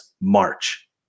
March